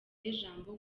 ijambo